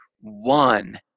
one